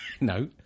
No